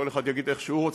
כל אחד יגיד איך שהוא רוצה,